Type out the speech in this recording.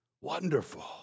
Wonderful